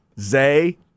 Zay